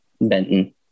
Benton